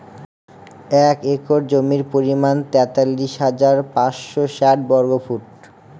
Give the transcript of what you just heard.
এক একর জমির পরিমাণ তেতাল্লিশ হাজার পাঁচশ ষাট বর্গফুট